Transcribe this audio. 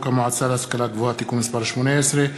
המועצה להשכלה גבוהה (תיקון מס' 18),